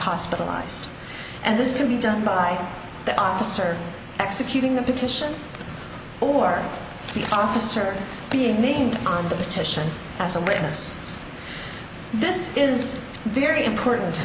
hospitalized and this can be done by the officer executing the petition or the officer being named competition as a witness this is very important